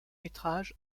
métrage